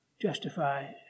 justify